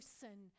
sin